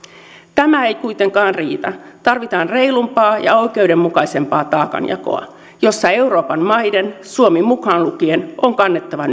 tämä ei kuitenkaan riitä tarvitaan reilumpaa ja oikeudenmukaisempaa taakanjakoa jossa euroopan maiden suomi mukaan lukien on kannettava